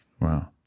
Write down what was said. Wow